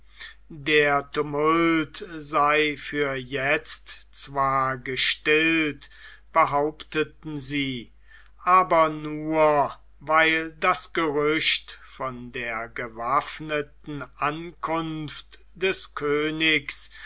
der tumult sei für jetzt zwar gestillt behaupteten sie aber nur weil das gerücht von der gewaffneten ankunft des königs